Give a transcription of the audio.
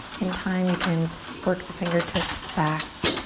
in time you can work the fingertips back.